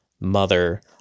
mother